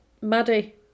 Maddie